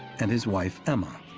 and his wife emma,